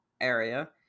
area